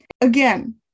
again